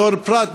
בתור פרט,